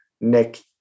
Nick –